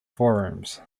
forums